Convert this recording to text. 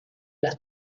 las